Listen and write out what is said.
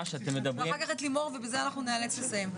ואחר כך את לימור ובזה אנחנו נצטרך לסיים.